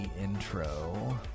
intro